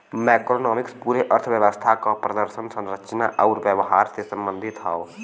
macroeconomics पूरे अर्थव्यवस्था क प्रदर्शन, संरचना आउर व्यवहार से संबंधित हौ